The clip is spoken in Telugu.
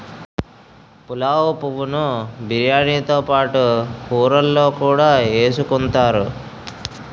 పులావు పువ్వు ను బిర్యానీతో పాటు కూరల్లో కూడా ఎసుకుంతారు